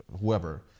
whoever